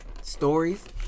stories